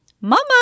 Mama